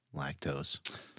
lactose